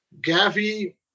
Gavi